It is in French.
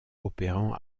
opérant